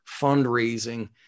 fundraising